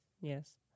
Yes